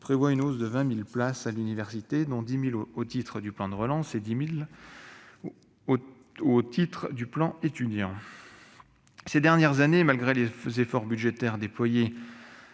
prévoit une hausse de 20 000 places à l'université, dont 10 000 au titre du plan Étudiants et 10 000 au titre du plan de relance. Ces dernières années, malgré les efforts budgétaires déployés